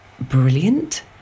Brilliant